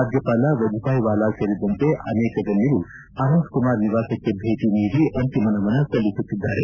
ರಾಜ್ಯಪಾಲ ವಜೂಬಾಯಿ ವಾಲ ಸೇರಿದಂತೆ ಅನೇಕ ಗಣ್ಯರು ಅನಂತಕುಮಾರ್ ನಿವಾಸಕ್ಕೆ ಭೇಟಿ ನೀಡಿ ಅಂತಿಮ ನಮನ ಸಲ್ಲಿಸುತ್ತಿದ್ದಾರೆ